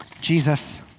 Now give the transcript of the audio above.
Jesus